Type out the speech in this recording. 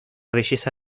belleza